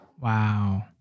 Wow